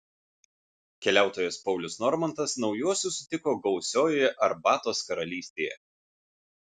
keliautojas paulius normantas naujuosius sutiko gausiojoje arbatos karalystėje